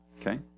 Okay